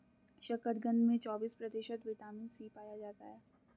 शकरकंद में चौबिस प्रतिशत विटामिन सी पाया जाता है